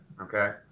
okay